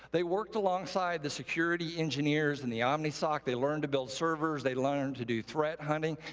they worked alongside the security engineers in the omnisoc, they learned to build servers, they learned to do threat-hunting.